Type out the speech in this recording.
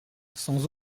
sans